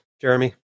Jeremy